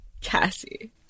Cassie